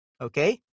Okay